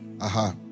Aha